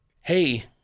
hey